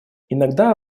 иногда